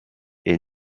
est